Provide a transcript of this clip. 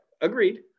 Agreed